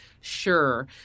Sure